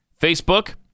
Facebook